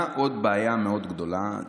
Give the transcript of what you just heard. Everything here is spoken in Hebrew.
מה עוד בעיה מאוד גדולה,